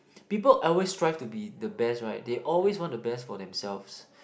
people always strive to be the best right they always want the best for themselves